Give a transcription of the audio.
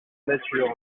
nature